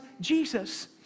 Jesus